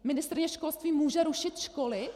Ministryně školství může rušit školy?